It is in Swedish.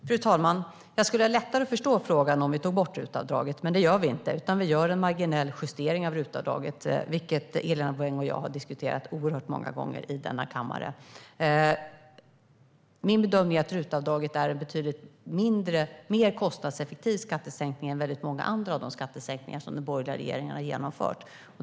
Fru talman! Jag skulle ha lättare att förstå frågan om RUT-avdraget togs bort, men det kommer inte att ske. Vi gör en marginell justering av RUT-avdraget, vilket Helena Bouveng och jag har diskuterat oerhört många gånger i denna kammare. Min bedömning är att RUT-avdraget är en betydligt mer kostnadseffektiv skattesänkning än många andra av de skattesänkningar som den borgerliga regeringen har genomfört.